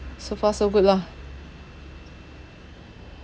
so far so good lah